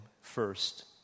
first